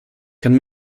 can